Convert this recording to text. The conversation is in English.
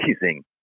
amazing